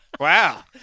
Wow